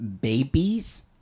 babies